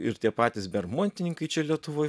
ir tie patys bermontininkai čia lietuvoj